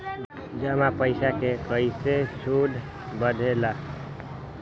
जमा पईसा के कइसे सूद बढे ला?